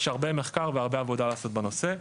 יש הרבה מחקר והרבה עבודה לעשות בנושא.